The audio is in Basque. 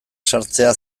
sartzea